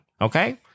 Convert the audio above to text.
okay